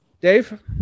Dave